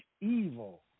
evil